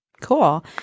Cool